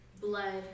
Blood